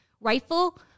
rifle